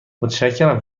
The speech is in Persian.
متشکرم